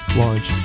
launch